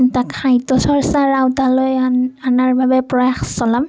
তাক সাহিত্য চৰ্চাৰ আওতালৈ অন অনাৰ বাবে প্ৰয়াস চলাম